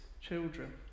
children